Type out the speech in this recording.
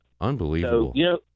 Unbelievable